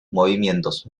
movimientos